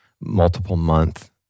multiple-month